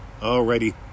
Alrighty